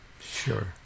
Sure